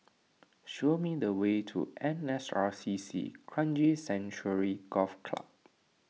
show me the way to N S R C C Kranji Sanctuary Golf Club